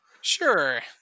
sure